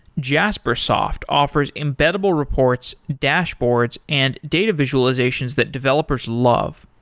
jaspersoft offers embeddable reports, dashboards and data visualizations that developers love.